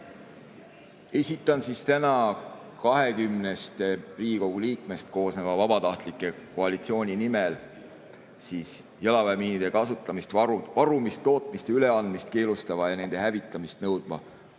Esitlen täna 20‑st Riigikogu liikmest koosneva vabatahtlike koalitsiooni nimel jalaväemiinide kasutamist, varumist, tootmist ja üleandmist keelustava ja nende hävitamist nõudva